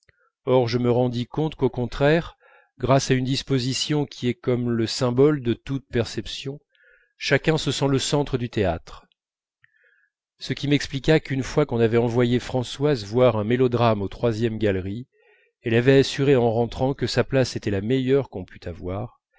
or je me rendis compte qu'au contraire grâce à une disposition qui est comme le symbole de toute perception chacun se sent le centre du théâtre ce qui m'explique qu'une fois qu'on avait envoyé françoise voir un mélodrame aux troisièmes galeries elle avait assuré en rentrant que sa place était la meilleure qu'on pût avoir